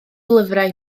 lyfrau